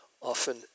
often